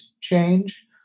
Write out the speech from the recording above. change